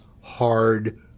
hard